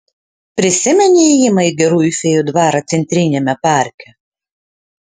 prisimeni įėjimą į gerųjų fėjų dvarą centriniame parke